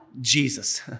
Jesus